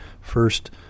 first